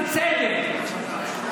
בצדק,